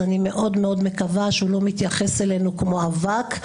אני מאוד מאוד מקווה שהוא לא מתייחס אלינו כמו אל אבק,